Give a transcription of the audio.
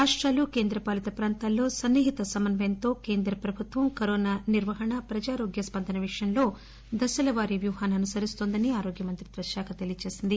రాష్షాలు కేంద్ర పాలిత ప్రాంతాలతో సన్నిహిత సమన్వయంతో కేంద్ర ప్రభుత్వం కరోనా నిర్వహణ ప్రజారోగ్య స్పందన విషయంలో దశల వారి వ్యూహాన్ని అనుసరిస్తుందని ఆరోగ్యమంత్రిత్వ శాఖ తెలియచేసింది